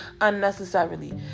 unnecessarily